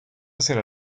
será